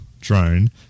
drone